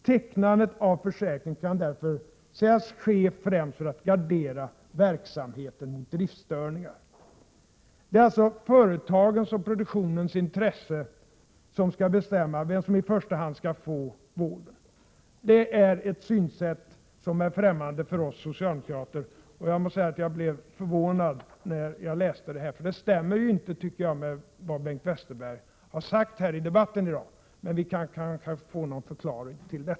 Tecknandet av försäkringen kan därför sägas ske främst för att gardera verksamheten mot driftstörningar.” Det är alltså företagens och produktionens intressen som skall bestämma vem som i första hand skall få vård. Det är ett synsätt som är helt främmande för oss socialdemokrater. Jag blev förvånad när jag läste detta. Jag tycker inte att det stämmer med vad Bengt Westerberg har sagt här i dag, men vi kan kanske få en förklaring senare.